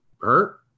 hurt